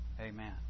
amen